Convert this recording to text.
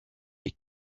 est